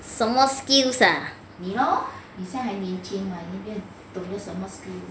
什么 skills ah